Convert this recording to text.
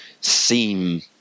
seem